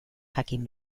jakin